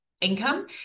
income